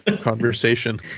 conversation